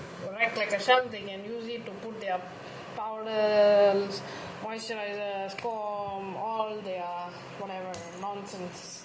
correct like a shelf we can use it to put their filer moisturiser foam all their whatever nonsense